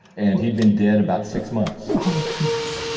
and he'd been dead about six months. oh, goodness.